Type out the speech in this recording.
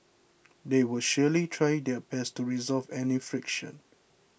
they will surely try their best to resolve any friction